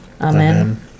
Amen